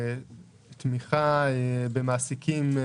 תמיכה במעסיקים,